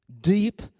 deep